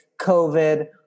COVID